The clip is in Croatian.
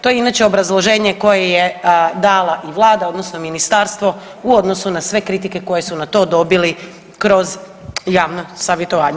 To je inače obrazloženje koje je dala i vlada odnosno ministarstvo u odnosu na sve kritike koje su na to dobili kroz javno savjetovanje.